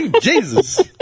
Jesus